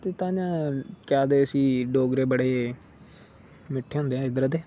ताइयैं केह् आक्खदे उसी डोगरे बडे़ मिट्ठे होंदे ऐ